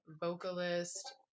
vocalist